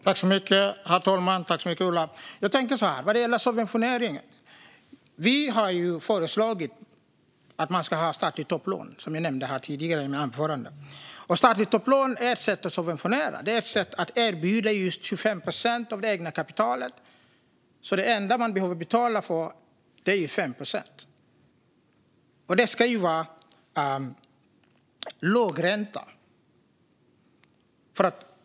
Herr talman och Ola Johansson! Jag tänker så här vad gäller subventioneringen: Vi har föreslagit att man ska ha statligt topplån, som jag nämnde här tidigare i mitt anförande. Statligt topplån är ett sätt att subventionera. Det är ett sätt att erbjuda 25 procent av det egna kapitalet, så det enda man behöver betala för är 5 procent. Det ska också vara låg ränta.